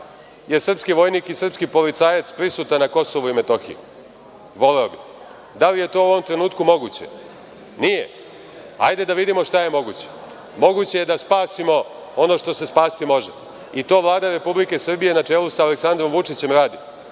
je srpski vojnik i srpski policajac prisutan na KiM? Da li je to u ovom trenutku moguće? Nije. Hajde da vidimo šta je moguće. Moguće je da spasimo ono što se spasiti može i to Vlada Republike Srbije na čelu sa Aleksandrom Vučićem radi.